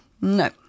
No